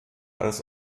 als